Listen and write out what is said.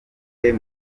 muri